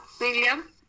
William